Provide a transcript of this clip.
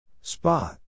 Spot